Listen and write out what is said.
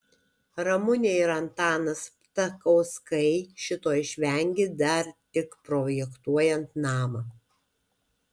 ramunė ir antanas ptakauskai šito išvengė dar tik projektuojant namą